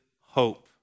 hope